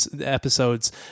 episodes